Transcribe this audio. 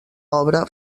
obra